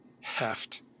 heft